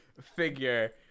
figure